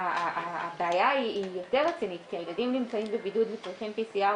הבעיה היא יותר רצינית כי הילדים נמצאים בבידוד וצריכים PCR,